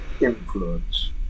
influence